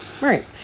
Right